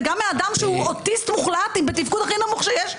וגם מאדם שהוא אוטיסט מוחלט בתפקוד הכי נמוך שיש,